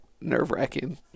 nerve-wracking